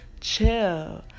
chill